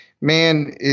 man